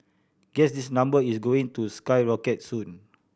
guess this number is going to skyrocket soon